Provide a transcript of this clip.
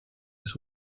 his